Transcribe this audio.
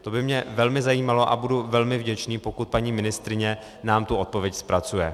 To by mě velmi zajímalo a budu velmi vděčný, pokud paní ministryně nám tu odpověď zpracuje.